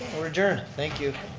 we're adjourned, thank you.